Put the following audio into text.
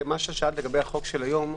שאלת לגבי החוק של היום.